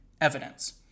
evidence